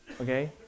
Okay